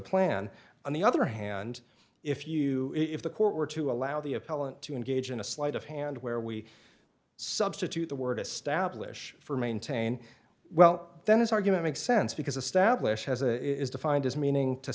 a plan on the other hand if you if the court were to allow the appellant to engage in a sleight of hand where we substitute the word establish for maintain well then his argument makes sense because established as a is defined as meaning to